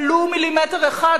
ולו מילימטר אחד,